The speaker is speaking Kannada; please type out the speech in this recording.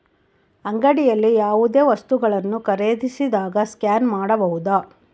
ಅಂಗಡಿಯಲ್ಲಿ ಯಾವುದೇ ವಸ್ತುಗಳನ್ನು ಖರೇದಿಸಿದಾಗ ಸ್ಕ್ಯಾನ್ ಮಾಡಬಹುದಾ?